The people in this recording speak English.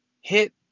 hit